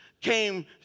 came